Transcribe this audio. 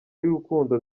y’urukundo